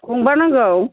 गंबा नांगौ